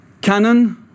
Canon